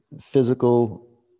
physical